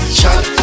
shot